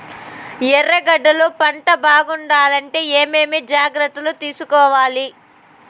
ఎర్రగడ్డలు పంట బాగుండాలంటే ఏమేమి జాగ్రత్తలు తీసుకొవాలి?